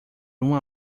uma